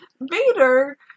Vader